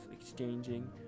exchanging